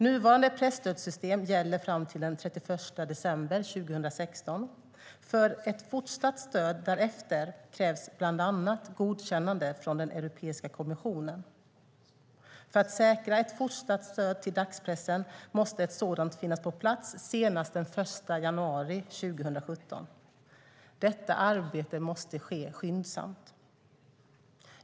Nuvarande presstödssystem gäller fram till den 31 december 2016. För ett fortsatt stöd därefter krävs bland annat godkännande från Europeiska kommissionen. För att säkra ett fortsatt stöd till dagspressen måste ett sådant finnas på plats senast den 1 januari 2017. Detta arbete måste ske skyndsamt.